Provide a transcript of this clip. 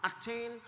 attain